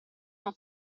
non